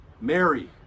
Mary